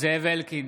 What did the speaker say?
זאב אלקין,